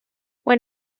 when